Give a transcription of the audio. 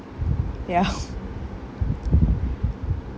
ya